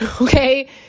okay